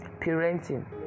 parenting